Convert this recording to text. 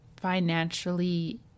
financially